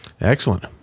Excellent